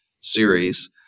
series